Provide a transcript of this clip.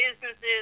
businesses